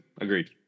Agreed